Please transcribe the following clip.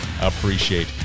appreciate